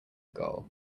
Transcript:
goal